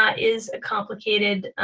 but is a complicated